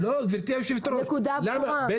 הנקודה ברורה, אוסאמה.